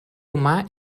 humà